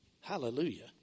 Hallelujah